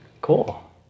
Cool